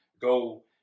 go